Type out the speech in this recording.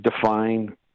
define